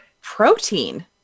protein